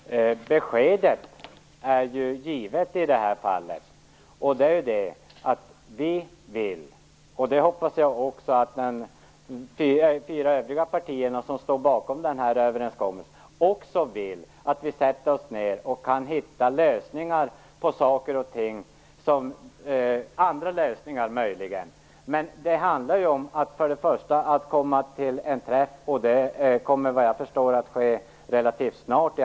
Fru talman! Beskedet är ju givet i det här fallet: Socialdemokraterna vill, och jag hoppas att de fyra övriga partier som står bakom överenskommelsen också vill att vi sätter oss ned och hittar - möjligen andra - lösningar på saker och ting. Det handlar först och främst om att komma till en träff, vilket jag förstår kommer att ske relativt snart.